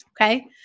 Okay